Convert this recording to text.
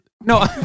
no